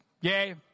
Yay